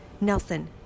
Nelson